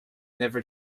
never